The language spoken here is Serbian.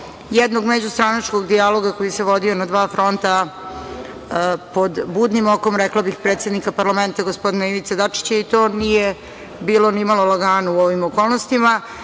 jednog međustranačkog dijaloga koji se vodio na dva fronta pod budnim okom, rekla bih, predsednika parlamenta, gospodina Ivice Dačića. To nije bilo ni malo lagano u ovim okolnostima. Mogla